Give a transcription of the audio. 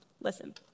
Listen